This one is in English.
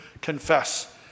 confess